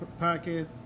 podcast